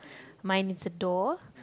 mine is a door